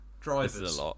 Drivers